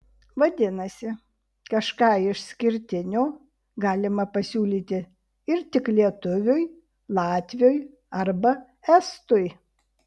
vadinasi kažką išskirtinio galima pasiūlyti ir tik lietuviui latviui arba estui